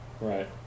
Right